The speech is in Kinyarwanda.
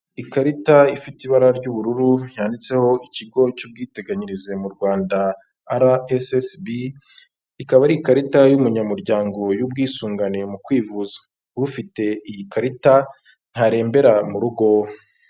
Ikarita ifite ibara ry'ubururu yanyanditseho ikigo cy'ubwiteganyirize mu Rwanda rssb ikaba ari ikarita y'umunyamuryango y'ubwisungane mu kwivuza, ufite iyi karita ntarembera mu rugo.